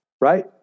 right